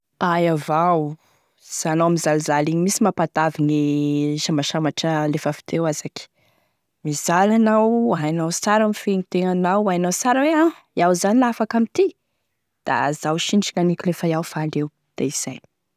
Aia avao, sy anao mizalizaly igny mihisy mampatavy gne mampasambasambatry anao lefa avy teo azaky, mizaly anao, hainao sara mifehy gne tegnanao, hainao sara e la iaho zao la afaky amin'ity da izao sinitry gn'aniko lafa iaho faly eo da izay.